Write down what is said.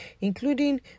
including